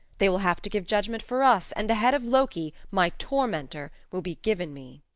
they will have to give judgment for us, and the head of loki, my tormentor, will be given me.